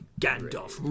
Gandalf